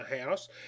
house